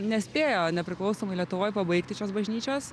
nespėjo nepriklausomoj lietuvoj pabaigti šios bažnyčios